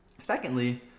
Secondly